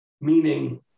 Meaning